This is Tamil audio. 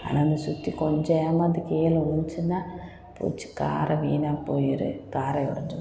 ஆனால் அந்த சுத்தி கொஞ்சம் ஏமாந்து கீழே விழுந்துச்சினா போச்சு கால் வீணாக போயிடும் கால் ஒடைஞ்சி போய்டும்